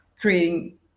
creating